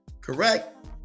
Correct